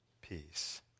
peace